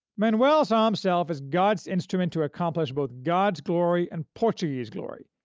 manuel saw himself as god's instrument to accomplish both god's glory and portuguese glory,